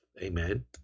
Amen